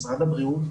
משרד הבריאות,